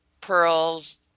pearls